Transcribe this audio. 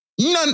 none